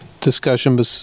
discussion